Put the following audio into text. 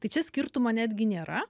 tai čia skirtumo netgi nėra